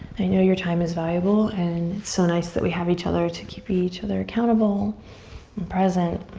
i know your time is valuable and it's so nice that we have each other to keep each other accountable and present,